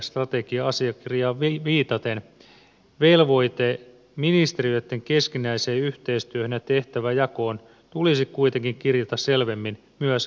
strategia asiakirjaan viitaten velvoite ministeriöitten keskinäiseen yhteistyöhön ja tehtäväjakoon tulisi kuitenkin kirjata selvemmin myös liikuntalakiin